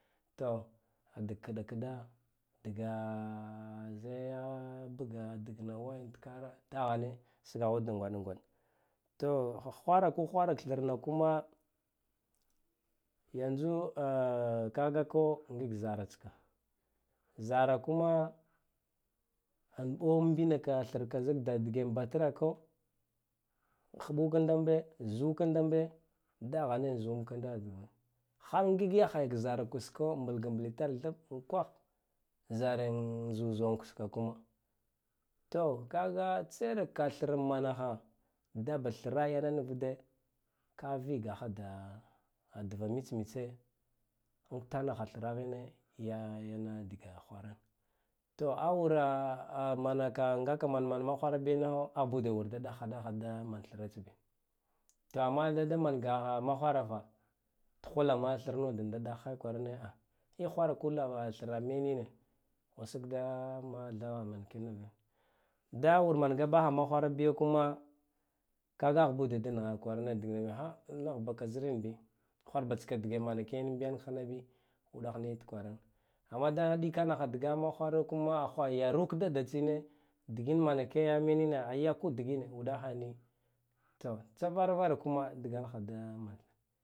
To dik ƙda kɗa diga zeya daga-digna wayatkara daghane sgaghud da gwaɗa gwaɗa to ghu-ghwara ku ghwarak thma kuma yanzu kaga ko ngik zaratska zara kama amɓo mbinaka thma ka zik dge batrako ghɓukan dambe zukandambt daghane zuwamkanda halak ngik yakhayak zara kusko mbya mblitar thb unkwagh zaran zuzuwan kuska kuma to kafa tserakka thrammanakha daba thra yane nvude ka vigakha da dva mits mitse untandik thraghine ya-yana dge yhwaran to awura a manaka ngaka man manamgwara bi nigho aghb ude wur da ɗagha-ɗagha ba da man thrats bi to amma dadan mangaha magwarafa thkulama thmoden ɗaghai kwarane igwaraka lava menine usig thagha man kinane da wur mangabagha maghwarabi kuma kaga aghbude danagha kwarane digna niya nagh baka zrenbi kwarbtika dge manakeyin mbiyank fatsiyabi uɗaghniyat kwaran amma da ɗikanakha dga makwaro kuma a ghwayarok dada tsine dgin mana keya menina ayakud dgina uɗagha niyo to tsra vara kuma dgalgha da man.